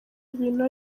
ibintu